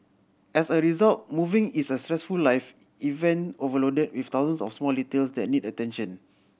as a result moving is a stressful life event overloaded with thousands of small details that need attention